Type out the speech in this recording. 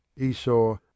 Esau